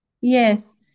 Yes